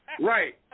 Right